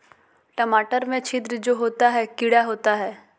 टमाटर में छिद्र जो होता है किडा होता है?